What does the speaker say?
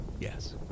Yes